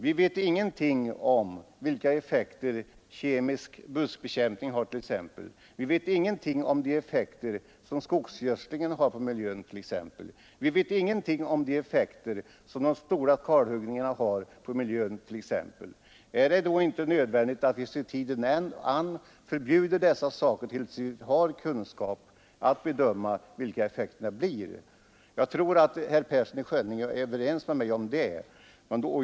Vi vet ingenting om vilka effekter kemisk buskbekämpning, skogsgödsling och stora kalhuggningar har på miljön. Är det då inte nödvändigt att vi ser tiden an och förbjuder dessa saker tills vi har kunskaper om vilka effekterna blir? Jag tror att herr Persson i Skänninge är överens med mig om det.